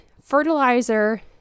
fertilizer